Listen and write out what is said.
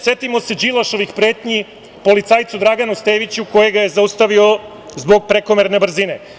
Setimo se Đilasovih pretnji policajcu Draganu Steviću koji ga je zaustavio zbog prekomerne brzine.